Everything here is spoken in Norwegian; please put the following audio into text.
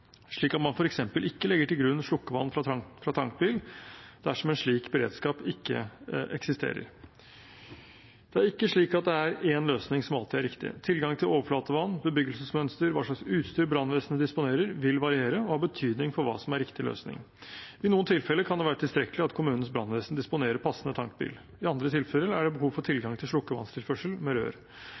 slik at man f.eks. ikke legger til grunn slukkevann fra tankbil, dersom en slik beredskap ikke eksisterer. Det er ikke slik at det er én løsning som alltid er riktig. Tilgangen til overflatevann, bebyggelsesmønster og hva slags utstyr brannvesenet disponerer, vil variere, og har betydning for hva som er riktig løsning. I noen tilfeller kan det være tilstrekkelig at kommunens brannvesen disponerer passende tankbil. I andre tilfeller er det behov for tilgang til slukkevannstilførsel med rør.